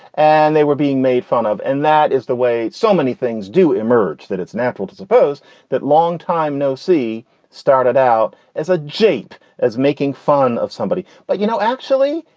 and they were being made fun of. and that is the way so many things do emerge, that it's natural to suppose that long time no see started out as a jeep, as making fun of somebody. but, you know, actually,